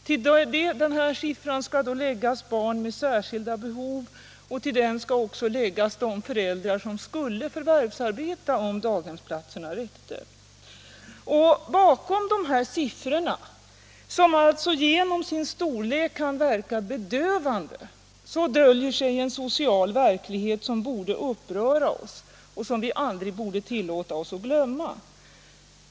Till detta antal skall läggas barn med särskilda behov. Vi bör även ta hänsyn till de föräldrar som skulle förvärvsarbeta om daghemsplatserna räckte. Bakom de här siffrorna, som genom sin storlek kan verka bedövande, döljer sig en social verklighet som borde uppröra oss och som vi aldrig borde tillåta oss att glömma.